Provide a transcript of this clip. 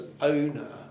owner